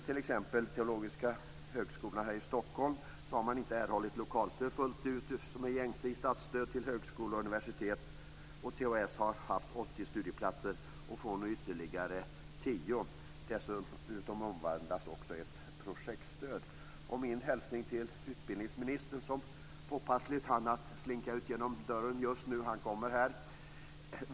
Teologiska Högskolan här i Stockholm har t.ex. inte erhållit lokalstöd fullt ut, vilket är gängse i statsstöd till högskola och universitet. THS har haft 80 studieplatser, och får nu ytterligare 10. Dessutom omvandlas också ett projektstöd. Jag har en hälsning till utbildningsministern som påpassligt hann slinka ut genom dörren just nu - men han kommer här.